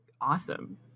awesome